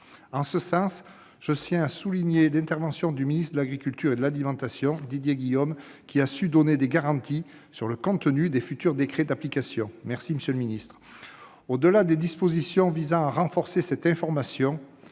En ce sens, je tiens à souligner l'intervention du ministre de l'agriculture et de l'alimentation, Didier Guillaume, qui a su nous donner des garanties sur le contenu des futurs décrets d'application. Je vous remercie, monsieur le ministre ! Au-delà des dispositions visant à renforcer cette information,